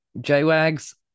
J-Wags